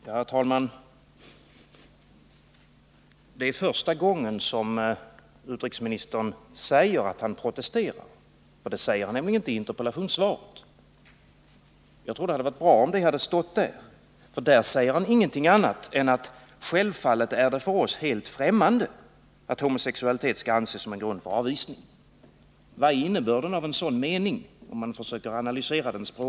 Herr talman! Det är första gången som utrikesministern säger att han protesterar. Det gör han nämligen inte i interpellationssvaret. Jag tror att det hade varit bra om det hade stått där. I stället säger han: ”Självfallet är det för oss helt ffrämmande att homosexualitet skall anses som en grund för avvisning.” Om man försöker analysera denna mening rent språkligt måste man fråga sig vilken innebörden är.